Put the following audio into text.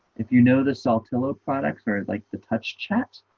if you know the saltillo products very like the touch chats